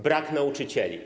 Brak nauczycieli.